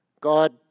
God